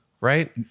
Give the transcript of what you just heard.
right